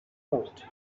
float